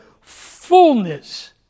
fullness